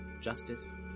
justice